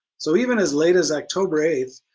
so even as late as october eighth,